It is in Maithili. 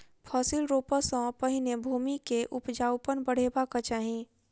फसिल रोपअ सॅ पहिने भूमि के उपजाऊपन बढ़ेबाक चाही